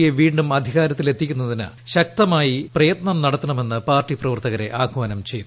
യെ വ്ടീണ്ടും അധികാരത്തിലെത്തിക്കുന്നതിന് ശക്തമായി പ്രയത്നം നടത്ത്ണുമെന്ന് പാർട്ടി പ്രവർത്തകരെ ആഹ്വാനം ചെയ്തു